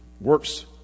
works